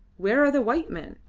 where are the white men?